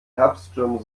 herbststurm